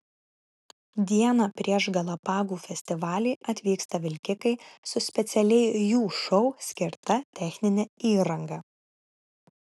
dieną prieš galapagų festivalį atvyksta vilkikai su specialiai jų šou skirta technine įranga